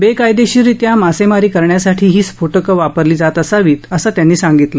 बेकायदेशिररित्या मासेमारी करण्यासाठी ही स्फोटकं वापरली जात असावीत असं त्यांनी सांगितलं